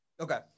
okay